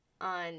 on